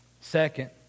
Second